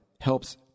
helps